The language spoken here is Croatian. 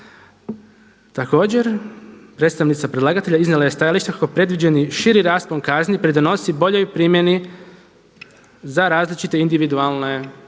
Također predstavnica predlagatelja iznijela je stajalište oko predviđenih širi raspon kazni pridonosi boljoj primjeni za različite individualne